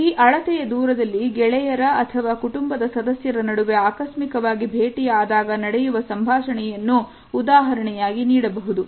ಈ ಅಳತೆಯ ದೂರದಲ್ಲಿ ಗೆಳೆಯರ ಅಥವಾ ಕುಟುಂಬದ ಸದಸ್ಯರ ನಡುವೆ ಆಕಸ್ಮಿಕವಾಗಿ ಭೇಟಿಯಾದಾಗ ನಡೆಯುವ ಸಂಭಾಷಣೆಯನ್ನು ಉದಾಹರಣೆಯಾಗಿ ನೀಡಬಹುದು